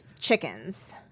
chickens